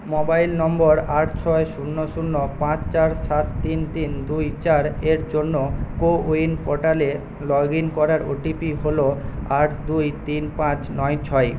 mobile number আট ছয় শূন্য শূন্য পাঁচ চার সাত তিন তিন দুই চার এর জন্য কো উইন পোর্টালে লগ ইন করার ওটিপি হল আট দুই তিন পাঁচ নয় ছয়